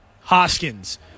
Hoskins